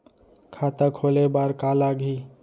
खाता खोले बार का का लागही?